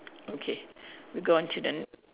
okay we going to the